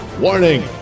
Warning